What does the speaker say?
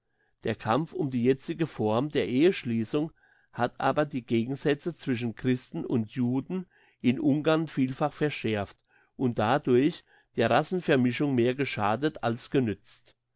der kampf um die jetzige form der eheschliessung hat aber die gegensätze zwischen christen und juden in ungarn vielfach verschärft und dadurch der racenvermischung mehr geschadet als genützt